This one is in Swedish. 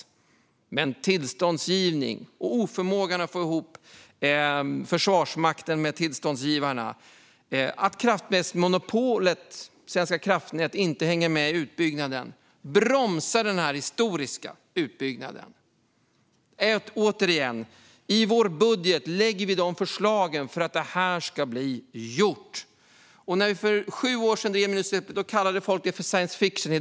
Men brister i tillståndsgivningen, oförmågan att få ihop Försvarsmakten med tillståndsgivarna samt det faktum att kraftnätsmonopolet och Svenska kraftnät inte hänger med i den här historiska utbyggnaden gör att den bromsas. Återigen: I vår budget lägger vi fram förslagen som ska se till att det här blir gjort. När vi för sju år sedan drev minusutsläpp kallade folk det för science fiction.